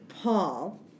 Paul